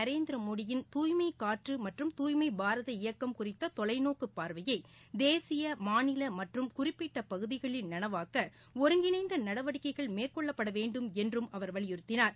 நரேந்திரமோடியின் துய்மை காற்று மற்றும் துய்மை பாரத இயக்கம் குறித்த தொலைநோக்கு பார்வையை தேசிய மாநில மற்றம் குறிப்பிட்ட பகுதிகளில் நனவாக்க ஒருங்கிணைந்த நடவடிக்கைகள் மேற்கொள்ளப்பட வேண்டும் என்றும் அவர் வலியுறுத்தினார்